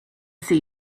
see